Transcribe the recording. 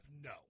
No